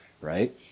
right